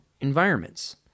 environments